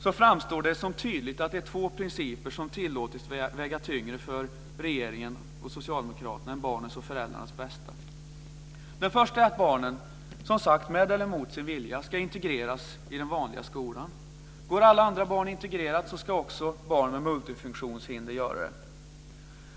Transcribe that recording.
framstår det som tydligt att det är två principer som tillåtits att väga tyngre för regeringen och socialdemokraterna än barnens och föräldrarnas bästa. Det första är att barnen som sagt mot eller med sin vilja ska integreras i den vanliga skolan. Går alla andra barn integrerat ska också barn med multifunktionshinder göra det.